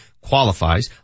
qualifies